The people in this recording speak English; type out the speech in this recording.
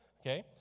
Okay